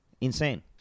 Insane